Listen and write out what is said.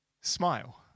smile